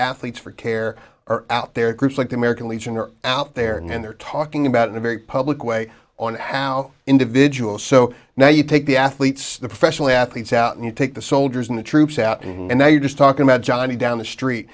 athletes for care are out there groups like the american legion are out there and they're talking about in a very public way on how individuals so now you take the athletes the professional athletes out and you take the soldiers in the troops out and now you're just talking about johnny down the street